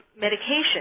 medication